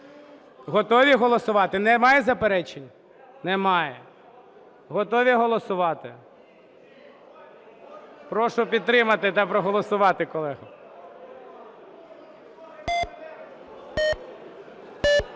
Готові голосувати? Немає заперечень? Немає. Готові голосувати? Прошу підтримати та проголосувати, колеги. 10:26:51